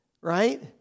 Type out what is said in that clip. right